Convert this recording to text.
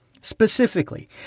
Specifically